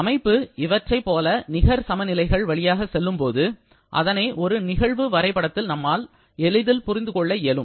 அமைப்பு இவற்றை போல நிகர் சமநிலைகள் வழியாக செல்லும்போது அதனை ஒரு நிகழ்வு வரைபடத்தில் நம்மால் எளிதில் புரிந்து கொள்ள இயலும்